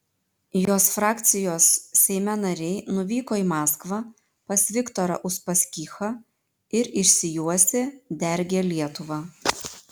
jos frakcijos seime nariai nuvyko į maskvą pas viktorą uspaskichą ir išsijuosę dergė lietuvą